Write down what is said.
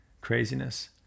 craziness